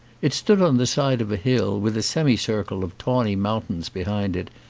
it stood on the side of a hill with a semi-circle of tawny mountains behind it,